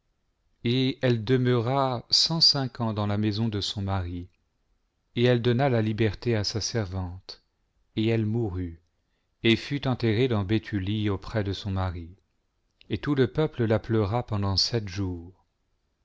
et elle demeura cent cinq ans dans la maison de son mari et elle donna la liberté à sa servante et elle mourut et fut enterrée dans béthulie auprès de son mari et tout le peuple la pleura pendant sept jours